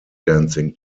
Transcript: dancing